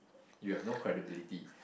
you have no credibility